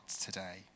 today